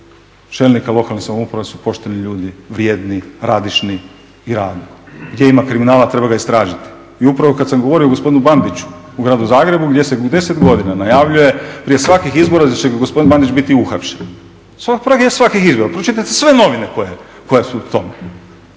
čelnika lokalnih samouprava su pošteni ljudi, vrijedni, radišni i radni. Gdje ima kriminala treba ga istražiti. I upravo kad sam govorio o gospodinu Bandiću u Gradu Zagrebu gdje se 10 godina najavljuje prije svakih izbora da će gospodin Bandić biti uhapšen, prije svakih izbora. Pročitajte sve novine koje su u tome,